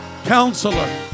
Counselor